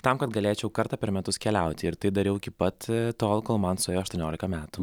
tam kad galėčiau kartą per metus keliauti ir tai dariau iki pat tol kol man suėjo aštuoniolika metų